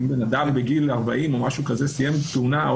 אם בן-אדם בגיל 40, או משהו כזה, סיים כהונה,